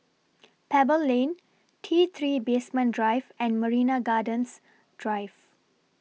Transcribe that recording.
Pebble Lane T three Basement Drive and Marina Gardens Drive